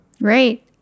Right